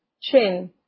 Chin